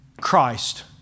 Christ